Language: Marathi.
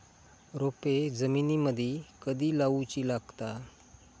रोपे जमिनीमदि कधी लाऊची लागता?